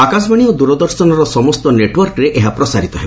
ଆକାଶବାଣୀ ଓ ଦୂରଦର୍ଶନର ସମସ୍ତ ନେଟୱର୍କରେ ଏହା ପ୍ରସାରିତ ହେବ